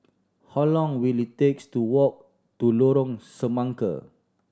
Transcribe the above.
how long will it takes to walk to Lorong Semangka